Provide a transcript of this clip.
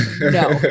no